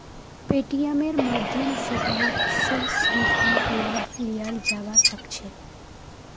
पेटीएमेर माध्यम स बहुत स सुविधार लाभ लियाल जाबा सख छ